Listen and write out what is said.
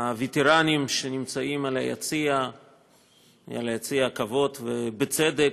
הווטרנים, שנמצאים ביציע הכבוד, ובצדק: